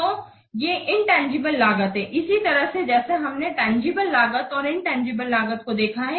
तो ये इनतंजीबले लागत हैं इसी तरह जैसे हमने तंजीबले लागत और इनतंजीबले लागत को देखा है